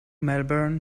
melbourne